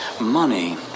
money